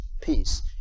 peace